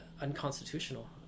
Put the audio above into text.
unconstitutional